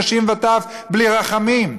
נשים וטף בלי רחמים.